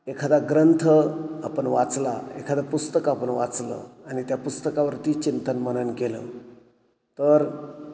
एखादा ग्रंथ आपण वाचला एखादं पुस्तकं आपण वाचलं आणि त्या पुस्तकावरती चिंतन मनन केलं तर